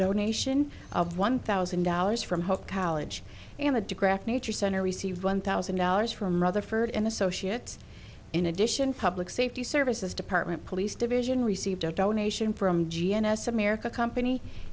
donation of one thousand dollars from her college and the digraph nature center received one thousand dollars from rather for an associate in addition public safety services department police division received a donation from g m s america company